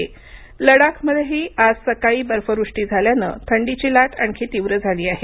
लडाख बर्फवृष्टी लडाखमध्येही आज सकाळी बर्फवृष्टी झाल्यानं थंडीची लाट आणखी तीव्र झाली आहे